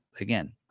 Again